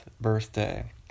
birthday